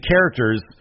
characters